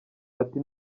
ati